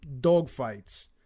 dogfights